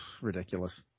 Ridiculous